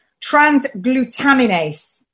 transglutaminase